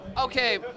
Okay